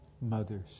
mothers